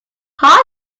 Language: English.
hot